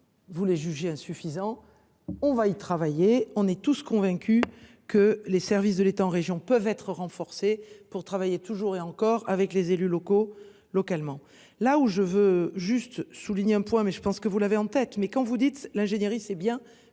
Vous les jugé insuffisant. On va y travailler, on est tous convaincus que les services de l'État en régions peuvent être renforcée pour travailler toujours et encore avec les élus locaux localement là où je veux juste souligner un point mais je pense que vous l'avez en tête, mais quand vous dites l'ingénierie. C'est bien